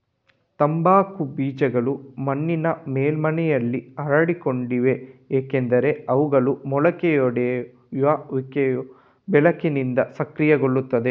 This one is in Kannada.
ತಂಬಾಕು ಬೀಜಗಳು ಮಣ್ಣಿನ ಮೇಲ್ಮೈಯಲ್ಲಿ ಹರಡಿಕೊಂಡಿವೆ ಏಕೆಂದರೆ ಅವುಗಳ ಮೊಳಕೆಯೊಡೆಯುವಿಕೆಯು ಬೆಳಕಿನಿಂದ ಸಕ್ರಿಯಗೊಳ್ಳುತ್ತದೆ